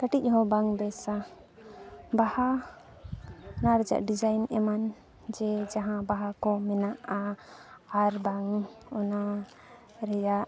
ᱠᱟᱹᱴᱤᱡᱽ ᱦᱚᱸ ᱵᱟᱝ ᱵᱮᱥᱟ ᱵᱟᱦᱟ ᱚᱱᱟ ᱨᱮᱭᱟᱜ ᱰᱤᱡᱰᱟᱭᱤᱱ ᱮᱢᱟᱱ ᱡᱮ ᱡᱟᱦᱟᱸ ᱵᱟᱦᱟ ᱠᱚ ᱢᱮᱱᱟᱜᱼᱟ ᱟᱨ ᱵᱟᱝ ᱚᱱᱟ ᱨᱮᱭᱟᱜ